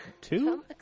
Two